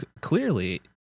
clearly